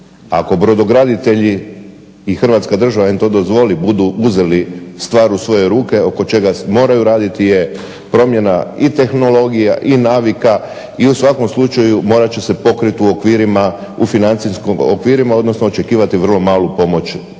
ako brodograditelji i Hrvatska država im to dozvoli budu uzeli stvar u svoje ruke oko čega moraju raditi je promjena i tehnologija i navika i u svakom slučaju morat će se pokriti u okvirima u financijskim okvirima odnosno očekivati vrlo malu pomoć